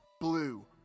blue